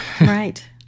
Right